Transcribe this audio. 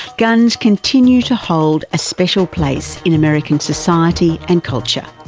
guns continue to hold a special place in american society and culture.